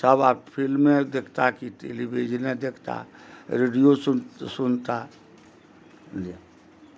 सब आब फिल्मे देखता की टेलीविजने देखता रेडियो सुन सुनता बुझलियै